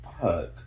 Fuck